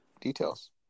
details